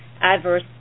adverse